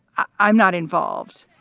i'm not involved